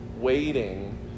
waiting